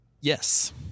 Yes